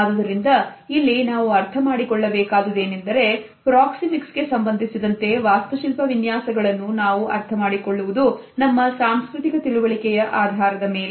ಆದುದರಿಂದ ಇಲ್ಲಿ ನಾವು ಅರ್ಥಮಾಡಿಕೊಳ್ಳಬೇಕಾಗಿದೆ ಅದು ಏನೆಂದರೆ ಪ್ರಾಕ್ಸಿಮಿಕ್ಸ್ ಗೆ ಸಂಬಂಧಿಸಿದಂತೆ ವಾಸ್ತುಶಿಲ್ಪವಿನ್ಯಾಸಗಳನ್ನು ನಾವು ಅರ್ಥಮಾಡಿಕೊಳ್ಳುವುದು ನಮ್ಮ ಸಾಂಸ್ಕೃತಿಕ ತಿಳುವಳಿಕೆಯ ಆಧಾರದ ಮೇಲೆ